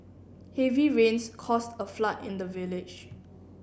heavy rains caused a flood in the village